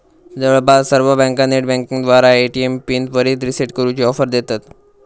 जवळपास सर्व बँका नेटबँकिंगद्वारा ए.टी.एम पिन त्वरित रीसेट करूची ऑफर देतत